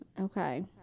Okay